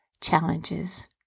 challenges